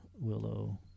Willow